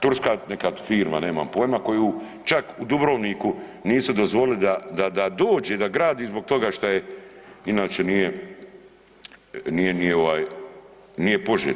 Turska neka firma, nemam pojma koja, čak u Dubrovniku nisu dozvolili da dođe da gradi zbog toga što nije inače nije poželjno.